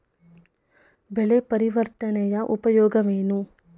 ಬೆಳೆ ಪರಿವರ್ತನೆಯ ಉಪಯೋಗವೇನು?